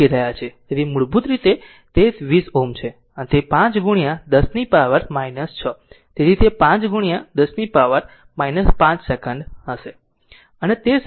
તેથી મૂળભૂત રીતે તે 10 Ω છે તેથી 5 ગુણ્યા 10 પાવર 6 તેથી તે 5 ગુણ્યા 10 પાવર 5 સેકંડ હશે